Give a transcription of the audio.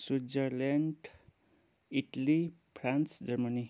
Switzerland Italy France Germany